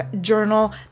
journal